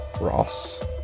Ross